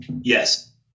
Yes